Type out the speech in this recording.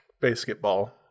Basketball